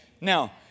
Now